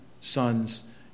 sons